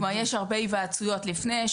יש הרבה היוועצויות לפני,